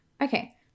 Okay